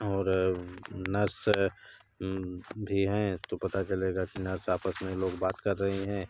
और नर्स है भी हैं तो पता चलेगा कि नर्स आपस में ये लोग बात कर रहे हैं